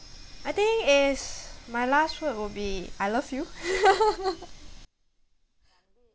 I think is my last word will be I love you